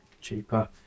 cheaper